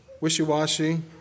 wishy-washy